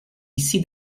ici